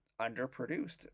underproduced